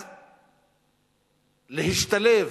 אז להשתלב,